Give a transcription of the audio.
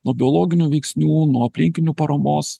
nuo biologinių veiksnių nuo aplinkinių paramos